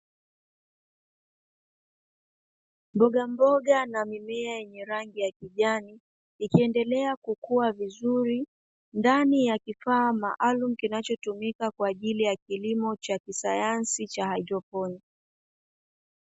Mbogamboga na mimea yenye rangi ya kijani, ikiendelea kukua vizuri ndani ya kifaa maalumu, kinachotumika kwaajili ya kilimo cha kisayansi cha haidroponi.